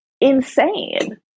insane